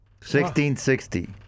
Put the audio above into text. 1660